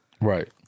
Right